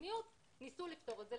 במדיניות ניסו לפתור את זה.